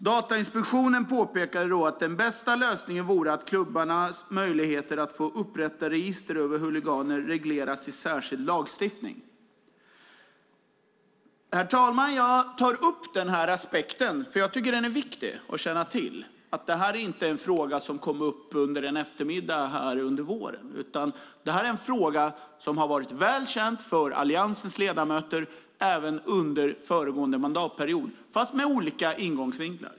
Datainspektionen påpekade att den bästa lösningen vore att klubbarnas möjligheter att få upprätta register över huliganer regleras i särskild lagstiftning. Herr talman! Jag tar upp den här aspekten, för jag tycker att det är viktigt att känna till att det här inte är en fråga som kom upp under en eftermiddag under våren. Det här är en fråga som har varit väl känd för Alliansens ledamöter även under föregående mandatperiod, fast med olika ingångsvinklar.